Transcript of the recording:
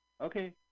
Okay